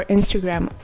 Instagram